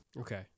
Okay